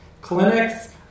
Clinics